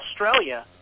Australia